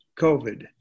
COVID